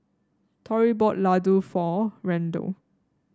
Torey bought Ladoo for Randel